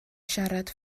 siarad